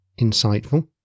insightful